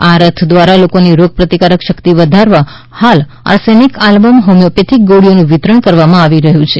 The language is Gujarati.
આ રથ દ્વારા લોકોની રોગપ્રતિકારક શક્તિ વધારવા હાલ આર્સેનીક આલ્બમ હોમિયોપેથી ગોળીઓનું વિતરણ કરવામાં આવી રહ્યું છે